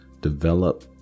develop